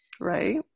Right